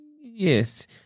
yes